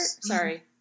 sorry